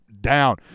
Down